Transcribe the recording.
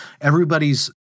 everybody's